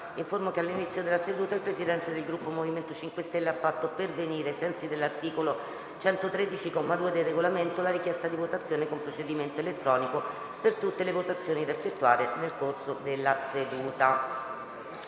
che all'inizio della seduta il Presidente del Gruppo MoVimento 5 Stelle ha fatto pervenire, ai sensi dell'articolo 113, comma 2, del Regolamento, la richiesta di votazione con procedimento elettronico per tutte le votazioni da effettuare nel corso della seduta.